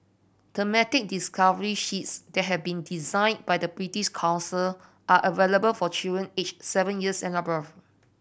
thematic discovery sheets that have been designed by the British Council are available for children aged seven years and above